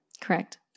Correct